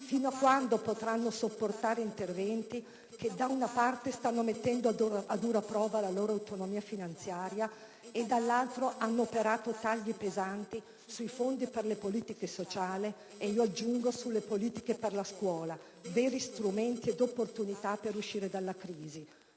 Fino a quando potranno sopportare interventi che, da una parte, stanno mettendo a dura prova la loro autonomia finanziaria e, dall'altra, hanno operato tagli pesanti sui fondi per le politiche sociali e, aggiungo, sulle politiche per la scuola, veri strumenti e opportunità per uscire dalla crisi?